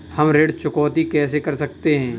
हम ऋण चुकौती कैसे कर सकते हैं?